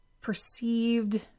perceived